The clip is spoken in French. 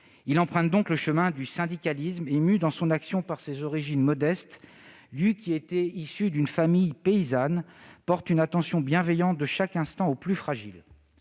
emprunte donc le chemin du syndicalisme et, mû dans son action par ses origines modestes, lui qui était issu d'une famille paysanne porte une attention bienveillante, de chaque instant, aux plus fragiles.